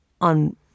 on